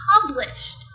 published